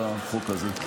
על החוק הזה.